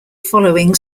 following